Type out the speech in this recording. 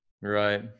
Right